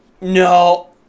No